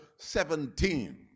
17